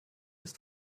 ist